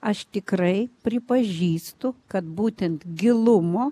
aš tikrai pripažįstu kad būtent gilumo